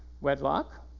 wedlock